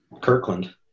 Kirkland